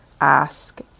ask